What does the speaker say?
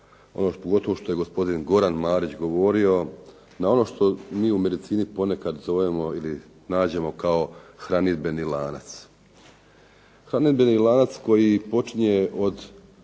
pogotovo što je gospodin Goran Marić govorio, na ono što mi u medicini ponekad zovemo ili nađemo kao hranidbeni lanac. Hranidbeni lanac koji počinje od,